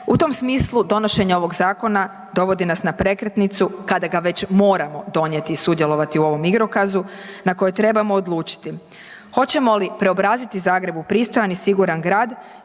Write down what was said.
U tom smislu donošenje ovog zakona dovodi nas na prekretnicu kada ga već moramo donijeti i sudjelovati u ovom igrokazu na koje trebamo odlučiti hoćemo li preobraziti Zagreb u pristojan i siguran grad